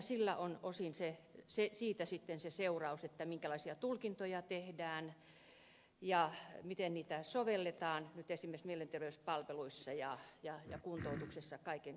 sillä on osin sitten se seuraus minkälaisia tulkintoja tehdään ja miten niitä sovelletaan nyt esimerkiksi mielenterveyspalveluissa ja kuntoutuksessa kaiken kaikkiaan